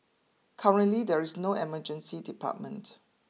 currently there is no emergency department